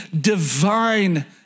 divine